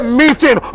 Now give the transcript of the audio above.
meeting